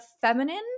feminine